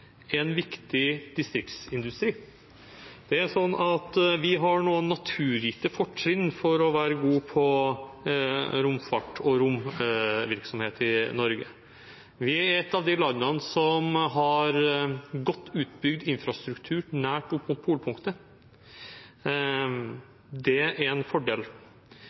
en viktig distriktsindustri. Vi har noen naturgitte fortrinn i Norge for å være god på romfart og romvirksomhet. Vi er et av de landene som har godt utbygd infrastruktur nært opp mot polpunktet. Det er en fordel.